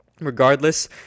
regardless